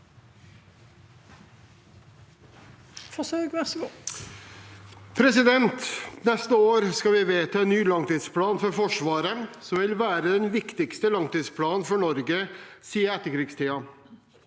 Neste år skal vi vedta ny langtidsplan for Forsvaret, som vil være den viktigste langtidsplanen for Norge i etterkrigstiden.